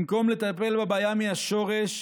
במקום לטפל בבעיה מהשורש,